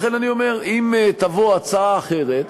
לכן אני אומר, אם תובא הצעה אחרת,